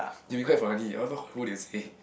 they'll be quite funny I want to know who they say